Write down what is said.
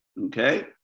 okay